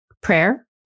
prayer